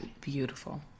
beautiful